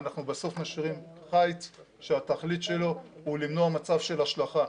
אנחנו בסוף משאירים חיץ שהתכלית שלו היא למנוע מצב של השלכה,